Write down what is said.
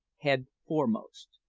head foremost.